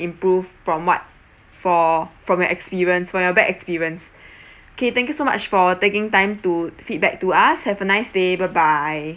improve from what for from your experience from your bad experience okay thank you so much for taking time to feedback to us have a nice day bye bye